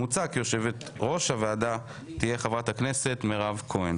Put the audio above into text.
מוצע כי יושבת ראש הוועדה תהיה חברת הכנסת מירב כהן.